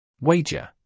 Wager